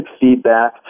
feedback